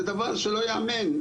זה דבר שלא יאמן,